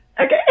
Okay